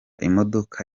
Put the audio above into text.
imodoka